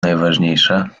najważniejsze